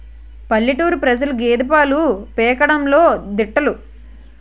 పల్లెటూరు ప్రజలు గేదె పాలు పితకడంలో దిట్టలు